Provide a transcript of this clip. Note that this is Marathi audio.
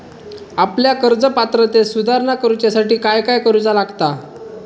आपल्या कर्ज पात्रतेत सुधारणा करुच्यासाठी काय काय करूचा लागता?